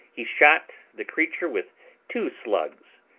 he shot the creature with two slugs,